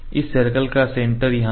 इस सर्कल का सेंटर यहां है